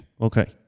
Okay